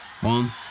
one